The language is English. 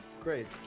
Crazy